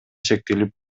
шектелип